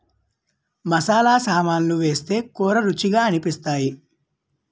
మసాలా సామాన్లు వేస్తేనే కూరలు రుచిగా అనిపిస్తాయి